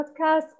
podcast